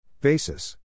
Basis